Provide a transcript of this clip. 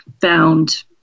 found